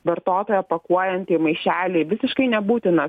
vartotoją pakuojantį į maišelį visiškai nebūtiną